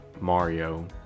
Mario